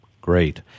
Great